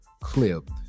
clip